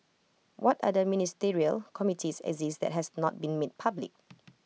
what other ministerial committees exist that has not been made public